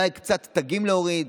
אולי קצת תגים להוריד.